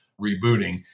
rebooting